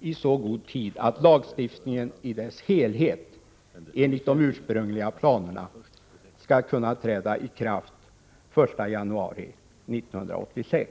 i så god tid att lagstiftningen i dess helhet enligt de ursprungliga planerna skall kunna träda i kraft den 1 januari 1986.